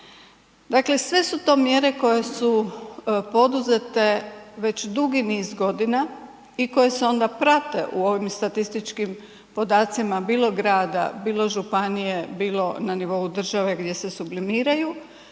Dakle, sve su to mjere koje su poduzete već dugi niz godina i koje se onda prate u ovim statističkim podacima bilo grada, bilo županije, bilo na nivou države gdje se sublimiraju